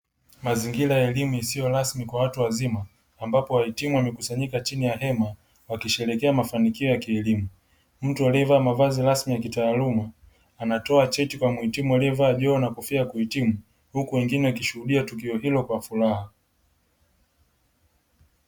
Mazingira ya elimu isiyo rasmi kwa watu wazima ambapo wahitimu wamekusanyika chini ya hema wakisherekea mafanikio ya kielimu, mtu alie vaa mavazi rasmi ya kitaaluma anatoa cheti kwa muhitimu alie vaa joho na kofia ya kuhitimu huku wengine wakishuhudia tukuo hilo kwa furaha.